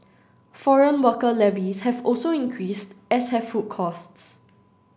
foreign worker levies have also increased as have food costs